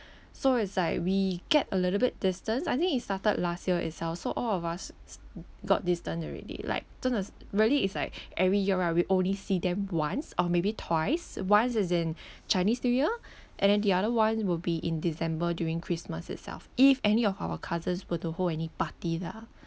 so it's like we get a little bit distance I think it started last year itself so all of us s~ s~ got distant already like 真的 really it's like every year right we only see them once or maybe twice once is in chinese new year and then the other one will be in december during christmas itself if any of our cousins were to hold any party lah